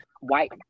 white